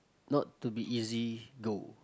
not to be easy goal